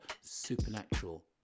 supernatural